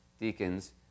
deacons